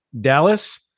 Dallas